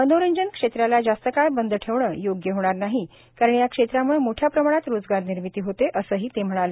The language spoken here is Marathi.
मनोरंजन क्षेत्राला जास्त काळ बंद ठेवणं योग्य होणार नाही या क्षेत्राम्ळे मोठ्या प्रमाणात रोजगार निर्मिती होते असे ही ते म्हणाले